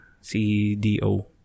C-D-O